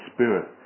Spirit